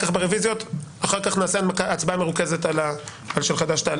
אחר כך נעשה הצבעה מרוכזת על של חד"ש-תע"ל.